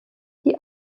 die